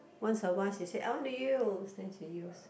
once a while she say I want to use then she use